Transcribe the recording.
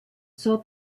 saw